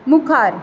मुखार